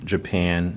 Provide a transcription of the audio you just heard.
Japan